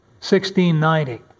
1690